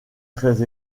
très